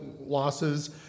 losses